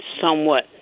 somewhat